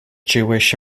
jewish